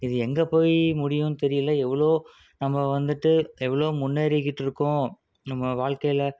இது எங்கே போய் முடியுன்னு தெரியல எவ்வளோ நம்ம வந்துட்டு எவ்வளோ முன்னேறிக்கிட்டுருக்கோம் நம்ம வாழ்க்கையில்